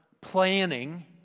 planning